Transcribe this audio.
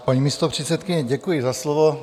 Paní místopředsedkyně, děkuji za slovo.